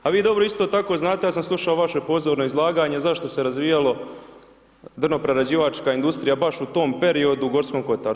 A vi dobro isto tako znate, ja sam slušao vaše pozorno izlaganje zašto se razvijalo drvoprerađivačka industrija baš u tom periodu u Gorskom kotaru?